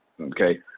okay